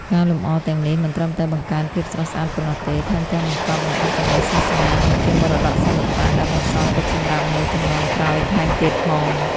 ការលម្អទាំងនេះ មិនត្រឹមតែបង្កើនភាពស្រស់ស្អាតប៉ុណ្ណោះទេ ថែមទាំងបង្កប់នូវអត្ថន័យសាសនា និងជាមរតកសិល្បៈ ដែលបន្សល់ទុកសម្រាប់មនុស្សជំនាន់ក្រោយថែមទៀតផង។